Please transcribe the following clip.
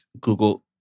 Google